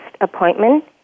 appointment